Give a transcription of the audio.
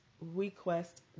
request